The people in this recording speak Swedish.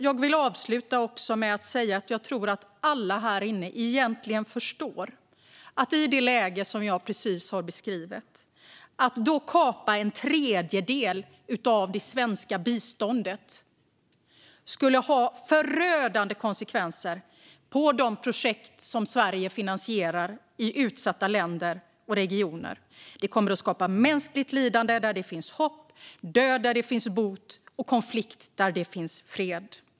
Jag vill avsluta med att säga att jag tror att alla här inne egentligen förstår att om man i det läge som jag precis har beskrivit kapar en tredjedel av det svenska biståndet blir konsekvenserna förödande för de projekt som Sverige finansierar i utsatta länder och regioner. Det kommer att skapa mänskligt lidande där det finns hopp, död där det finns bot och konflikt där det finns fred.